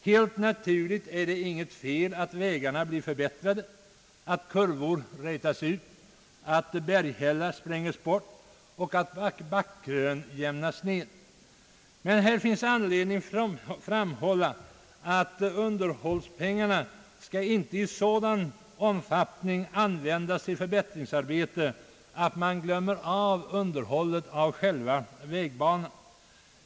Helt naturligt är det inget fel att vägarna förbättras, att kurvor rätas ut, att berghällar spränges bort och att backkrön jämnas ned, men det finns anledning att framhålla att underhållspengarna inte i sådan omfattning skall användas till förbättringsarbeten att man glömmer underhållet på själva vägbanan.